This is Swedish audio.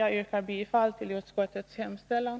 Jag yrkar bifall till utskottets hemställan.